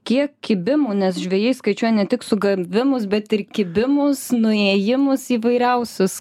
kiek kibimų nes žvejai skaičiuoja ne tik sugavimus bet ir kibimus nuėjimus įvairiausius